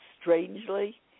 strangely